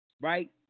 right